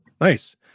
Nice